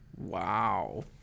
Wow